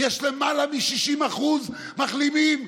יש למעלה מ-60% מחלימים.